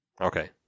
Okay